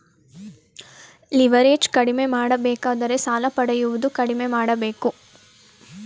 leverage ಕಡಿಮೆ ಮಾಡಬೇಕಾದರೆ ಸಾಲ ಪಡೆಯುವುದು ಕಡಿಮೆ ಮಾಡಬೇಕು